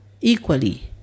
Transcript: equally